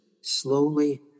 slowly